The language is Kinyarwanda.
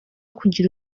kugira